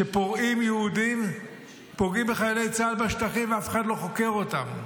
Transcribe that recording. שפורעים יהודים פוגעים בחיילי צה"ל בשטחים ואף אחד לא חוקר אותם.